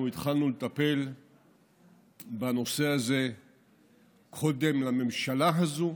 התחלנו לטפל בנושא הזה קודם לממשלה הזו,